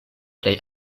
plej